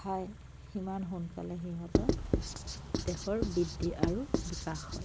খায় সিমান সোনকালে সিহঁতে দেহৰ বৃদ্ধি আৰু বিকাশ হয়